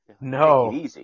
no